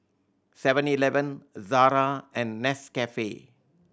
Seven Eleven Zara and Nescafe